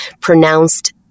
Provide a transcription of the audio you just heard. pronounced